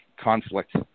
conflict